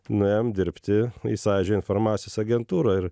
nuėjom dirbti į sąjūdžio informacijos agentūrą ir